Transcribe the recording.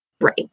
Right